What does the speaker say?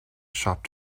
shop